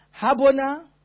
Habona